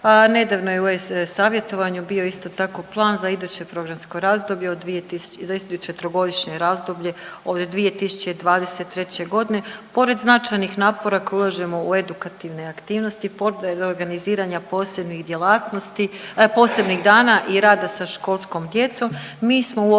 Nedavno je u e-savjetovanju bio isto tako plan za iduće programsko razdoblje za iduće trogodišnje razdoblje od 2023. godine. Pored značajnih napora koje ulažemo u edukativne aktivnosti pored organiziranja posebnih djelatnosti, posebnih dana i rada sa školskom djecom mi smo u okviru